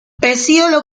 pecíolo